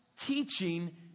teaching